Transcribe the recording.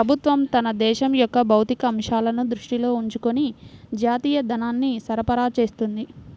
ప్రభుత్వం తన దేశం యొక్క భౌతిక అంశాలను దృష్టిలో ఉంచుకొని జాతీయ ధనాన్ని సరఫరా చేస్తుంది